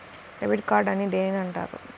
Debit card అని దేనిని అంటారు?